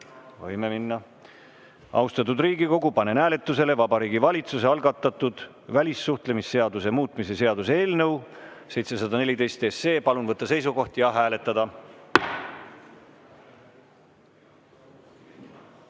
Võime minna. Austatud Riigikogu, panen hääletusele Vabariigi Valitsuse algatatud välissuhtlemisseaduse muutmise seaduse eelnõu 714. Palun võtta seisukoht ja hääletada!